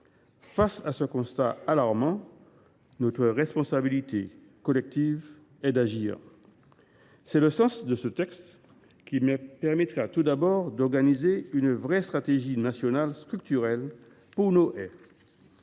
Face à ce constat alarmant, notre responsabilité collective est d’agir. C’est bien le sens de ce texte, qui permettra tout d’abord une vraie stratégie nationale structurelle pour nos haies.